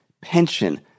pension